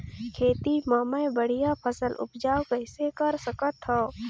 खेती म मै बढ़िया फसल उपजाऊ कइसे कर सकत थव?